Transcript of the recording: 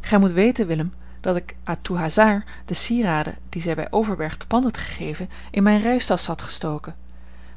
gij moet weten willem dat ik à tout hasard de sieraden die zij bij overberg te pand had gegeven in mijne reistasch had gestoken